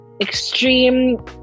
extreme